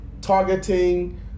targeting